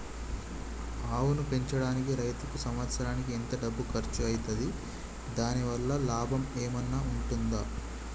ఆవును పెంచడానికి రైతుకు సంవత్సరానికి ఎంత డబ్బు ఖర్చు అయితది? దాని వల్ల లాభం ఏమన్నా ఉంటుందా?